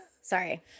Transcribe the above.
Sorry